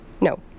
No